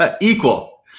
equal